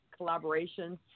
collaborations